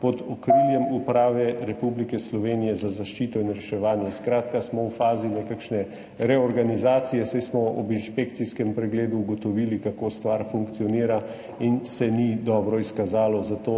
pod okriljem Uprave Republike Slovenije za zaščito in reševanje. Skratka, smo v fazi nekakšne reorganizacije, saj smo ob inšpekcijskem pregledu ugotovili, kako stvar funkcionira, in se ni dobro izkazalo. Zato